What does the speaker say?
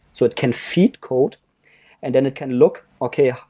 so it can feed code and then it can look, okay.